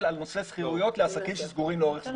על נושא שכירויות לעסקים שסגורים לאורך זמן.